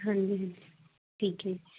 ਹਾਂਜੀ ਹਾਂਜੀ ਠੀਕ ਹੈ ਜੀ